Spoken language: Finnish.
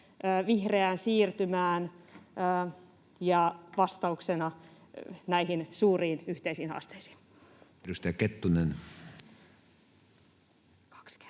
vihreään siirtymään, vastauksena näihin suuriin yhteisiin haasteisiin.